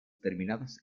terminadas